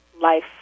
life